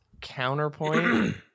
Counterpoint